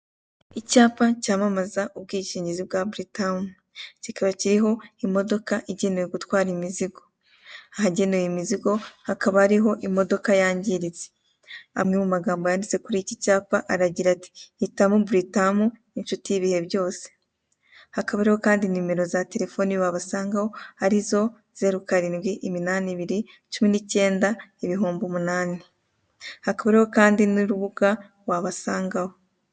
Icyapa cyamamaza ubwishingizi bwa Buritamu. Kikaba kiriho imodoka ihetse indi yangiritse. Amwe mu magambo yanditseho agira ati: "Hitamo buritamu, inshuti y'ibihe byose." Hasi hariho numero wabasangaho ari zo 0788 198 000.